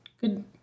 good